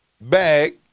bag